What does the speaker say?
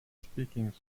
speaking